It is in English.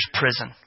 prison